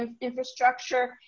infrastructure